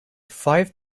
five